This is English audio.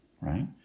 right